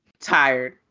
Tired